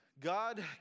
God